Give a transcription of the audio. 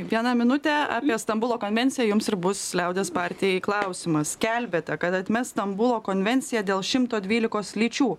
vieną minutę apie stambulo konvenciją jums ir bus liaudies partijai klausimas skelbiate kad atmes stambulo konvenciją dėl šimto dvylikos lyčių